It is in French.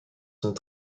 sont